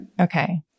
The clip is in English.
Okay